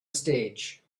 stage